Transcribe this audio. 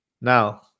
Now